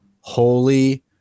holy